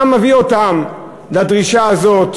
מה מביא אותם לדרישה הזאת,